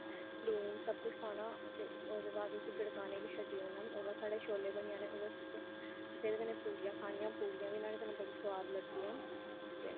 लून सब किश पाना ते ओह्दे बाद इसी गड़काने गी शड्डी ओड़ना ओह्दे बाद साढ़े छोल्ले बनी जाने जेह्दे कन्नै पूड़ियां खानियां पूड़ियां बी एह्दे कन्नै बड़ियां सोआद लगदियां